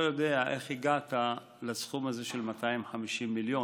אני לא יודע איך הגעת לסכום של 250 מיליון.